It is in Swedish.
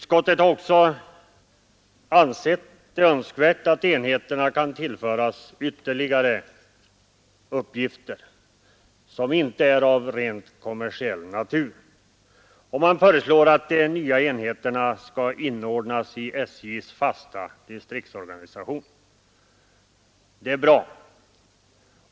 Utskottet har också ansett det önskvärt att enheterna kan tillföras ytterligare uppgifter som inte är av rent kommersiell natur, och man föreslår att de nya enheterna skall inordnas i SJ:s fasta distriktsorganisation. Det är bra.